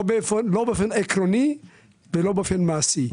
לא באופן עקרוני ולא באופן מעשי.